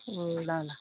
ल ल